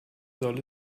soll